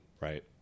Right